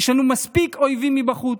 יש לנו מספיק אויבים מבחוץ.